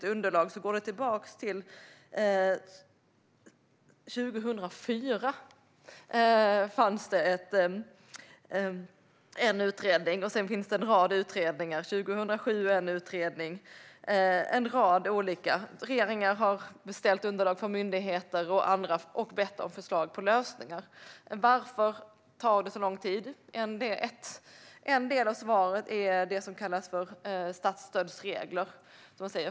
Det underlag jag fått går tillbaka till 2004, då det gjordes en utredning. Sedan har det gjorts en rad utredningar, bland annat 2007. En rad olika regeringar har beställt underlag från myndigheter och andra och bett om förslag på lösningar. Varför tar det då så lång tid? En del av svaret är det som kallas statsstödsregler.